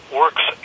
works